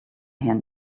here